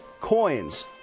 coins